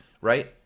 right